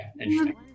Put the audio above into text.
interesting